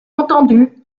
entendu